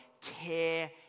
tear